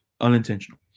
Unintentional